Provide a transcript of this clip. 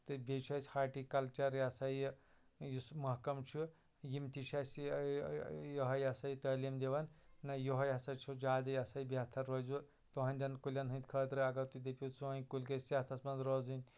تہٕ بیٚیہِ چھُ اَسہِ ہاٹیکَلچر یا سا یہِ یُس مَحکَم چھُ یم تہِ چھِ اَسہِ یا سا تعلیٖم دِوان نہَ یِہَے ہسا چھُ زیادٕ یا سا یہِ بہتر روزوٕ تُہٕنٛدٮ۪ن کُلٮ۪ن ہٕنٛدِ خٲطرٕ اَگر تُہۍ دٔپِیو سٲنۍ کُلۍ گٔژھۍ صحتَس منٛز روزٕنۍ